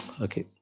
Okay